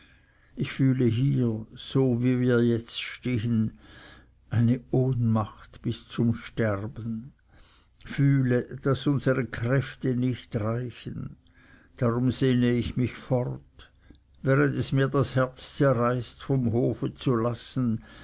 ich fühle hier so wie wir jetzt stehen eine ohnmacht bis zum sterben fühle daß unsere kräfte nicht reichen darum sehne ich mich fort während es mir das herz zerreißt vom hofe zu lassen